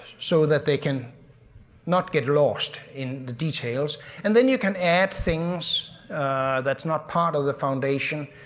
so that they can not get lost in the details and then you can add things that's not part of the foundation,